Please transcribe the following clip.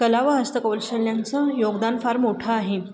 कला व हस्तकौशल्यांचं योगदान फार मोठं आहे